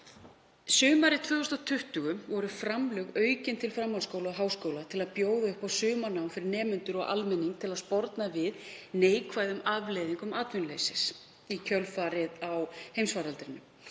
Sumarið 2020 voru framlög aukin til framhaldsskóla og háskóla til að bjóða upp á sumarnám fyrir nemendur og almenning til að sporna við neikvæðum afleiðingum atvinnuleysis í kjölfarið á heimsfaraldri.